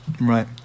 right